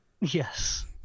Yes